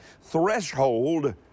threshold